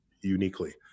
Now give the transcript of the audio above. uniquely